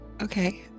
okay